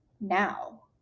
now